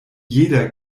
jeder